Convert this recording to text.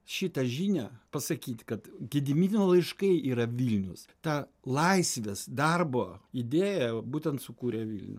šitą žinią pasakyt kad gedimino laiškai yra vilnius ta laisvės darbo idėja būtent sukūrė vilnių